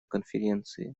конференции